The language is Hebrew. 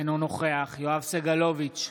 אינו נוכח יואב סגלוביץ'